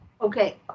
Okay